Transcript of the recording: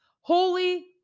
Holy